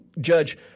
Judge